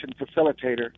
Facilitator